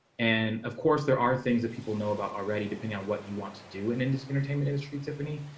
and of course there are things that people know about already, depending on what you want to do. and in this entertainment industry, tiffany.